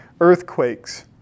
earthquakes